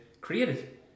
created